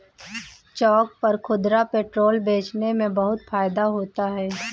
चौक पर खुदरा पेट्रोल बेचने में बहुत फायदा होता है